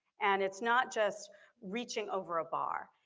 and it's not just reaching over a bar.